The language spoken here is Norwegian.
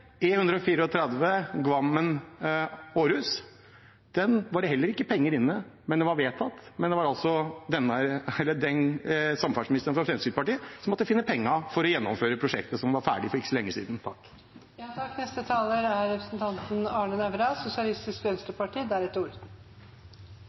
var det heller ikke penger inne, men det var vedtatt. Det var altså samferdselsministeren fra Fremskrittspartiet som måtte finne pengene for å gjennomføre prosjektet, som ble ferdig for ikke så lenge siden.